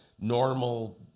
normal